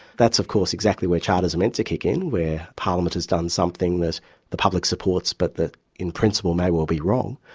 that's of course exactly what charters are meant to kick in, where parliament has done something that the public supports but that in principle may well be wrong.